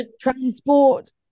transport